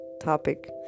topic